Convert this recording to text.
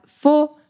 four